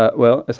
but well, ah